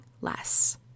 less